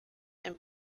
and